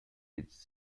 its